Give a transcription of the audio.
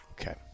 Okay